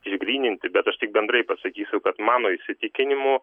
išgryninti bet aš tik bendrai pasakysiu kad mano įsitikinimu